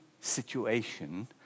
situation